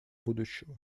будущего